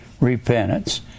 repentance